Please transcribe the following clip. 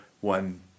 one